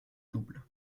double